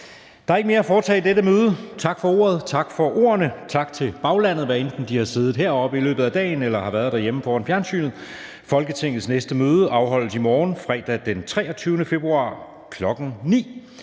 Der er ikke mere at foretage i dette møde. Tak for ordet, tak for ordene, og tak til baglandet, hvad enten de har siddet heroppe på tilhørerpladserne i løbet af dagen eller har siddet derhjemme foran fjernsynet. Folketingets næste møde afholdes i morgen, fredag den 23. februar 2024,